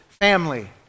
family